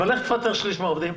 אבל איך תפטר שליש מהעובדים?